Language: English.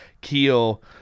keel